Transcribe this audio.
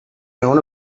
known